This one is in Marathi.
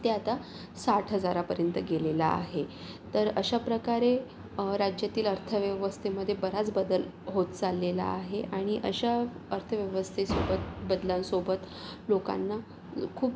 ते आता साठ हजारापर्यंत गेलेलं आहे तर अशाप्रकारे राज्यातील अर्थव्यवस्थेमधे बराच बदल होत चाललेला आहे आणि अशा अर्थव्यवस्थेसोबत बदलांसोबत लोकांना खूप